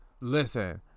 Listen